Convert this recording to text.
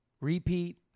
repeat